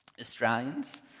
Australians